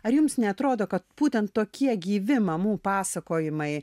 ar jums neatrodo kad būtent tokie gyvi mamų pasakojimai